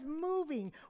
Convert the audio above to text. moving